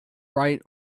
bright